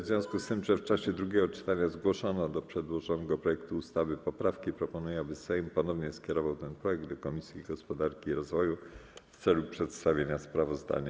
W związku z tym, że w czasie drugiego czytania zgłoszono do przedłożonego projektu ustawy poprawki, proponuję, aby Sejm ponownie skierował ten projekt do Komisji Gospodarki i Rozwoju w celu przedstawienia sprawozdania.